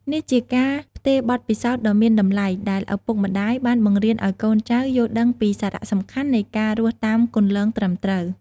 នេះជាការផ្ទេរបទពិសោធន៍ដ៏មានតម្លៃ ដែលឪពុកម្ដាយ បានបង្រៀនឲ្យកូនចៅយល់ដឹងពីសារៈសំខាន់នៃការរស់តាមគន្លងត្រឹមត្រូវ។